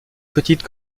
petite